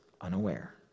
unaware